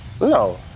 No